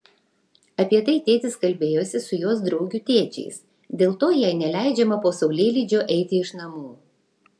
apie tai tėtis kalbėjosi su jos draugių tėčiais dėl to jai neleidžiama po saulėlydžio eiti iš namų